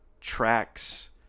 tracks